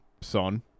Son